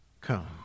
come